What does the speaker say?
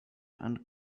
and